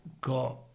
got